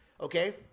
okay